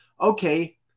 okay